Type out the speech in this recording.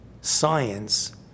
science